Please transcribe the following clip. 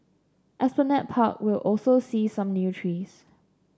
Esplanade Park will also see some new trees